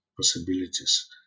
possibilities